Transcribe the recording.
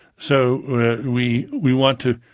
so we we want to.